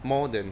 more than